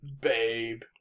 Babe